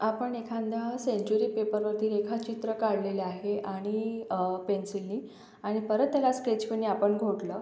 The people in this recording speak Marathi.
आपण एखाद्या सेंच्युरी पेपरवरती रेखाचित्र काढलेले आहे आणि पेन्सिलनी आणि परत त्याला स्केच पेनने आपण घोटलं